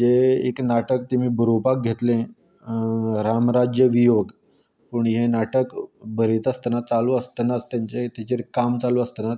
जें एक नाटक तेमी बरोवपाक घेतलें रामराज्य वियोग पूण हें नाटक बरयता आसतना चालू आसतनाच तेन्ना तिजेर काम चालू आसतना